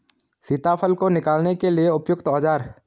सीताफल को निकालने के लिए उपयुक्त औज़ार?